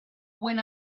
when